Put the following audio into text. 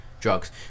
drugs